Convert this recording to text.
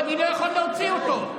ואני לא יכול להוציא אותו.